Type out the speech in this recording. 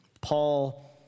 Paul